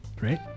Right